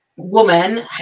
woman